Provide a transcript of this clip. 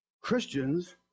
Christians